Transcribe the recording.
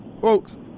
Folks